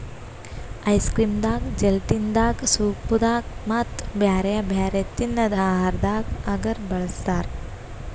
ice cream ದಾಗಾ gelatin ದಾಗಾ soup ದಾಗಾ ಮತ್ತ್ ಬ್ಯಾರೆ ಬ್ಯಾರೆ ತಿನ್ನದ್ ಆಹಾರದಾಗ ಅಗರ್ ಬಳಸ್ತಾರಾ